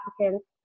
applicants